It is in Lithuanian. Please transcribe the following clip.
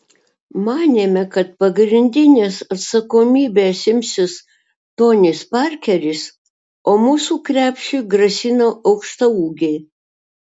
manėme kad pagrindinės atsakomybės imsis tonis parkeris o mūsų krepšiui grasino aukštaūgiai